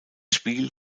spiel